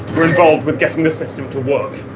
were involved with getting the system to work.